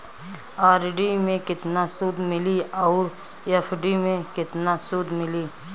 RD मे केतना सूद मिली आउर एफ.डी मे केतना सूद मिली?